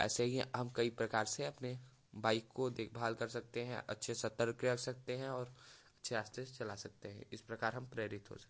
ऐसे ही है हम कई प्रकार से अपने बाइक को देखभाल कर सकते हैं अच्छे सतर्क रह सकते हैं और अच्छे रास्ते से चला सकते हैं इस प्रकार हम प्रेरित हो सकते हैं